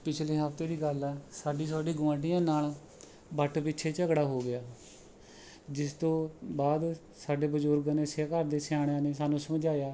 ਪਿਛਲੇ ਹਫ਼ਤੇ ਦੀ ਗੱਲ ਹੈ ਸਾਡੀ ਸਾਡੇ ਗੁਆਢੀਆਂ ਨਾਲ ਵੱਟ ਪਿੱਛੇ ਝਗੜਾ ਹੋ ਗਿਆ ਜਿਸ ਤੋਂ ਬਾਅਦ ਸਾਡੇ ਬਜ਼ੁਰਗਾਂ ਨੇ ਘਰ ਦੇ ਸਿਆਣਿਆਂ ਨੇ ਸਾਨੂੰ ਸਮਝਾਇਆ